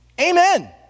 Amen